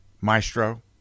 maestro